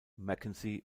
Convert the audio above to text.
mackenzie